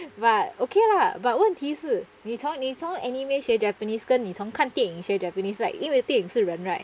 but okay lah but 问题是你从你从 anime 学 japanese 跟你从看电影学 japanese like 因为电影是人 right